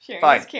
Fine